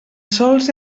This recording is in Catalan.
sols